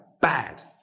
Bad